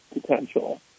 potential